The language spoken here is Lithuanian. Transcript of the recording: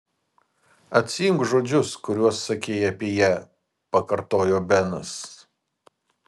atsiimk žodžius kuriuos sakei apie ją pakartojo benas